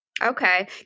Okay